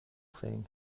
thing